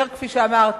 כפי שאמרתי,